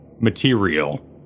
material